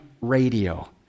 Radio